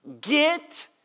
get